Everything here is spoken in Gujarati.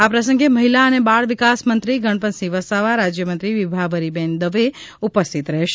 આ પ્રસંગે મહિલા અને બાળ વિકાસ મંત્રી ગણપતસિંહ વસાવા રાજ્યમંત્રી વિભાવરીબેન દવે ઉપસ્થિત રહેશે